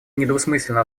недвусмысленно